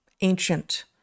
ancient